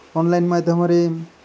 online ମାଧ୍ୟମରେ